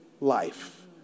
life